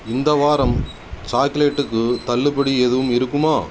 இந்த வாரம் சாக்லேட்டுக்கு தள்ளுபடி எதுவும் இருக்குமா